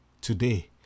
today